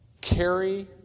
carry